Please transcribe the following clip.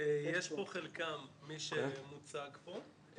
יש פה חלקם, מי שמוצג פה.